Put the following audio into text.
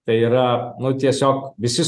tai yra nu tiesiog visi